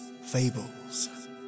fables